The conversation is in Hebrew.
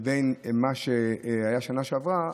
כמו מה שהיה בשנה שעברה.